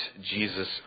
Jesus